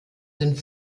sind